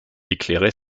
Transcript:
éclairait